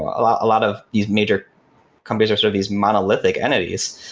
ah lot lot of these major companies or sort of these monolithic entities.